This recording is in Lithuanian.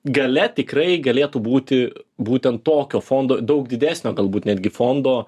galia tikrai galėtų būti būtent tokio fondo daug didesnio galbūt netgi fondo